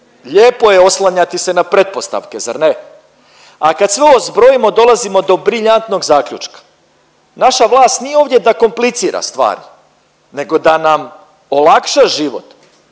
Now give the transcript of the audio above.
lijepo je oslanjati se na pretpostavke zar ne? A kad sve ovo zbrojimo dolazimo do briljantnog zaključka, naša vlast nije ovdje da komplicira stvar nego da nam olakša život.